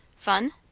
fun?